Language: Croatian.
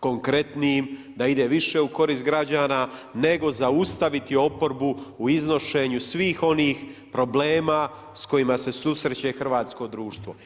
konkretnijim, da ide više u korist građana, nego zaustaviti oporbu u iznošenju svih onih problema s kojima se susreće hrvatsko društvo.